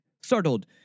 Startled